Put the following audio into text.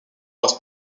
was